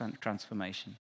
transformation